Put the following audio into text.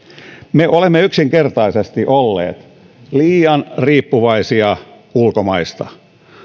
me olemme yksinkertaisesti olleet liian riippuvaisia ulkomaista